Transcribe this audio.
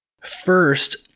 First